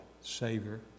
Savior